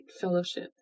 Fellowship